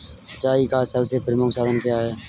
सिंचाई का सबसे प्रमुख साधन क्या है?